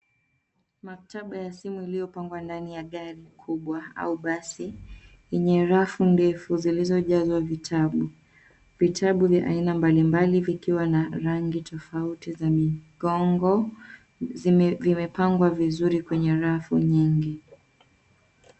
Maktaba ya simu iliyopangwa ndani ya gari kubwa au basi yenye rafu ndefu zilizo jazwa vitabu. Vitabu vya aina mbali mbali vikiwa na rangi tofauti za migongo. Zimepangwa vizuri kwenye rafu nyingi.